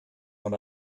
when